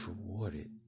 rewarded